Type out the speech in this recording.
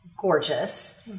gorgeous